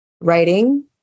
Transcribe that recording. writing